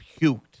puked